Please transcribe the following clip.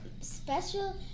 special